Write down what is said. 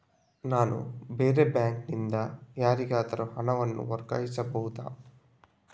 ನಾನು ಬೇರೆ ಬ್ಯಾಂಕ್ ನಿಂದ ಯಾರಿಗಾದರೂ ಹಣವನ್ನು ವರ್ಗಾಯಿಸಬಹುದ?